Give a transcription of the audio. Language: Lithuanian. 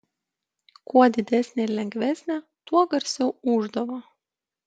kuo didesnė ir lengvesnė tuo garsiau ūždavo